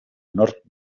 nork